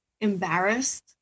embarrassed